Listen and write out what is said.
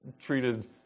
treated